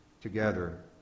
together